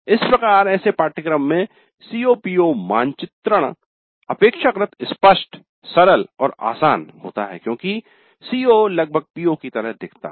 इस प्रकार ऐसे पाठ्यक्रमों में COPO मानचित्रण अपेक्षाकृत स्पष्ट सरल और आसान होता है क्योंकि CO लगभग PO की तरह दिखता है